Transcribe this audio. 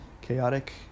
Chaotic